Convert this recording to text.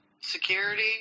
Security